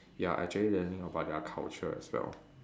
ya actually learning about their culture as well